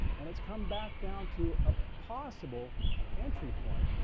and it's come back down to a possible entry point.